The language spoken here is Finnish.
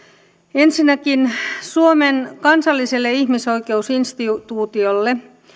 ensinnäkin suomen kansalliselle ihmisoikeusinstituutiolle